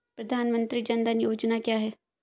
प्रधानमंत्री जन धन योजना क्या है?